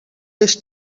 this